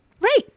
Right